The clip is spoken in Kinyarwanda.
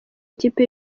ikipe